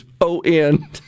O-N